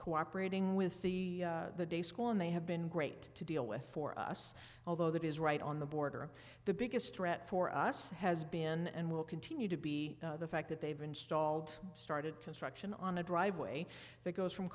cooperating with the day school and they have been great to deal with for us although that is right on the border the biggest threat for us has been and will continue to be the fact that they've installed started construction on a driveway that goes from